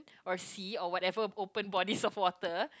or sea or whatever open bodies of water